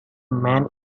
man